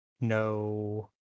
No